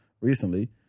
recently